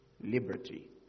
liberty